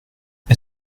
est